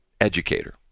educator